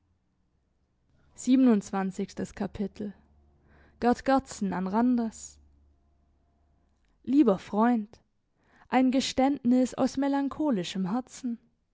gerd gerdsen an randers lieber freund ein geständnis aus melancholischem herzen